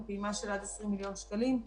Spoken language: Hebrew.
הפעימה של עד 20 מיליון שקלים.